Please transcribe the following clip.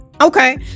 Okay